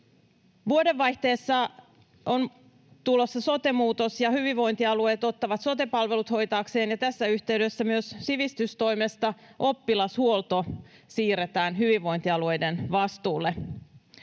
Vuodenvaihteessa on tulossa sote-muutos ja hyvinvointialueet ottavat sote-palvelut hoitaakseen, ja tässä yhteydessä myös oppilashuolto siirretään sivistystoimesta hyvinvointialueiden vastuulle.